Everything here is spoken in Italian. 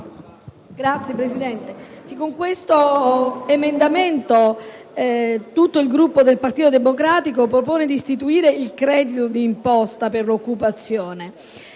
Signor Presidente, con questo emendamento tutto il Gruppo del Partito Democratico propone di istituire il credito d'imposta per l'occupazione,